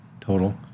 total